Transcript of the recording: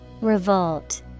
Revolt